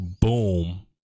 boom